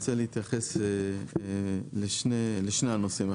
אני רוצה להתייחס לשני הנושאים.